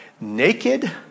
naked